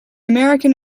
american